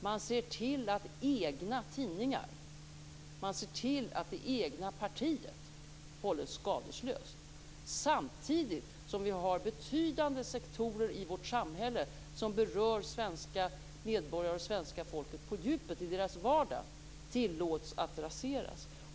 Man ser till att de egna tidningarna och de egna partierna hålls skadeslösa samtidigt som betydande sektorer i vårt samhälle, som berör svenska medborgare på djupet i deras vardag, tillåts raseras.